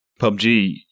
PUBG